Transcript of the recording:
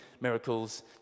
miracles